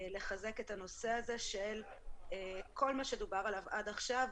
לחזק את הנושא הזה של כל מה שדובר עליו עד עכשיו.